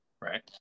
right